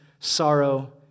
sorrow